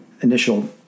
initial